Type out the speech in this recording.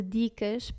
dicas